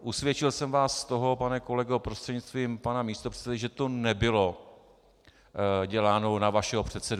Usvědčil jsem vás z toho, pane kolego prostřednictvím pana místopředsedy, že to nebylo děláno na vašeho předsedu.